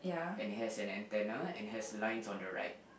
and has an antenna and has lines on the right